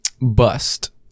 Bust